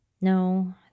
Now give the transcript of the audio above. No